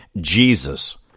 Jesus